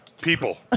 People